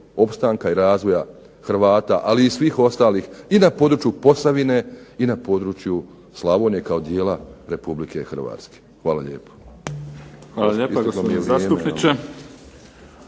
opstanka i razvoja Hrvata, ali i svih ostalih i na području Posavine i na području Slavonije kao dijela RH. Hvala lijepo. **Mimica, Neven (SDP)** Hvala lijepa gospodine zastupniče.